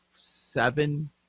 seven